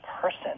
person